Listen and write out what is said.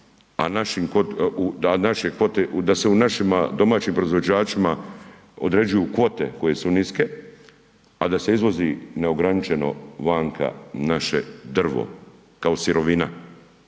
balvani, a da se u našima domaćim proizvođačima određuju kvote koje su niske, a da se izvozi neograničeno vanka naše drvo kao sirovina